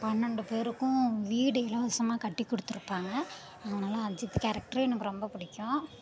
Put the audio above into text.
பன்னெண்டு பேருக்கும் வீடு இலவசமாக கட்டிக் கொடுத்துருப்பாங்க அதனால் அஜித் கேரக்டரு எனக்கு ரொம்ப பிடிக்கும்